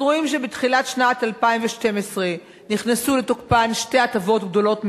אנחנו רואים שבתחילת שנת 2012 נכנסו לתוקפן שתי הטבות גדולות מאוד: